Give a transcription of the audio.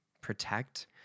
protect